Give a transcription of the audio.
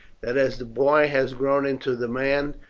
that as the boy has grown into the man,